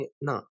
No